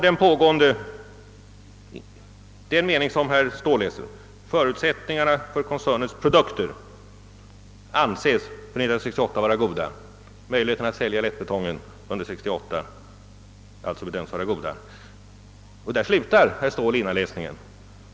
Den mening som herr Ståhl läste lyder: »Förutsättningarna för koncernens produkter anses för 1968 vara goda.» Möjligheterna att sälja lättbetongen under 1968 bedöms alltså vara goda. Där slutar herr Ståhl innanläsningen.